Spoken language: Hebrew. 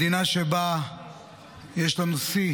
מדינה שבה יש לנו שיא